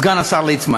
סגן השר ליצמן.